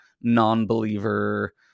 non-believer